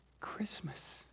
Christmas